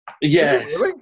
Yes